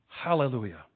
Hallelujah